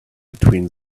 between